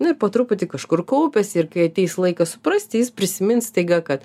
nu ir po truputį kažkur kaupiasi ir kai ateis laikas suprasti jis prisimins staiga kad